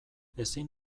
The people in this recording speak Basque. ezin